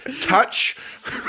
touch